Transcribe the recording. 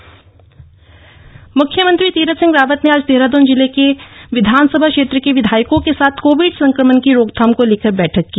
मुख्यमंत्री बैठक मुख्यमंत्री तीरथ सिंह रावत ने आज देहरादून जिले के सभी विधानसभा क्षेत्र के विधायको के साथ कोविड संक्रमण की रोकथाम को लेकर बैठक की